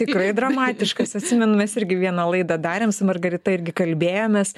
tikrai dramatiškas atsimenu mes irgi vieną laidą darėm su margarita irgi kalbėjomės